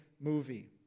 movie